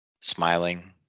smiling